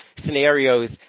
scenarios